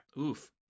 oof